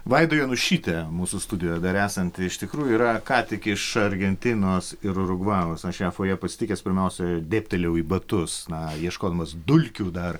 vaida jonušytė mūsų studijoje dar esanti iš tikrųjų yra ką tik iš argentinos ir urugvajaus aš ją fojė pasitikęs pirmiausia dėbtelėjau į batus na ieškodamas dulkių dar